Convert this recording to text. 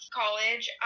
college